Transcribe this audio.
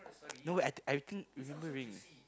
no wait I I think remember already